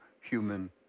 human